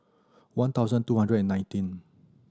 one thousand two hundred and nineteen